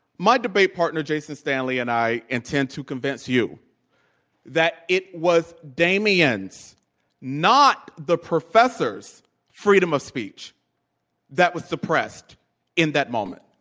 my debate partner, jason stanley, and i intend to convince you that it was damien's not the professor's freedom of speech that was suppressed in that moment.